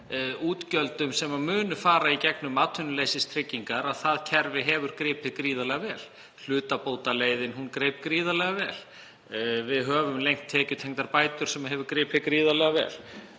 útgjöldum sem munu fara í gegnum atvinnuleysistryggingar, að það kerfi hefur gripið gríðarlega vel. Hlutabótaleiðin greip gríðarlega vel. Við höfum lengt tímabil tekjutengdra bóta sem hefur gripið gríðarlega vel.